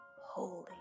holy